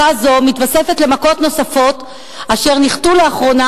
מכה זו מתווספת למכות נוספות אשר ניחתו לאחרונה